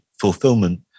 fulfillment